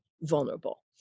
vulnerable